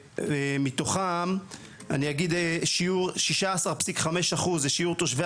ומתוכם אני אגיד שיעור 16.5 אחוזים זה שיעור תושבי